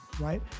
right